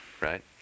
right